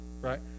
right